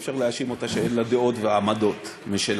אי-אפשר להאשים אותה שאין לה דעות ועמדות משלה.